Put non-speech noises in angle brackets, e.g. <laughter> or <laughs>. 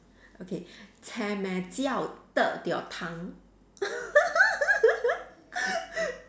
okay <laughs>